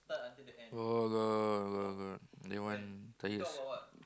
got got got got that one tired